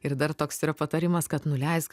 ir dar toks yra patarimas kad nuleisk